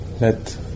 let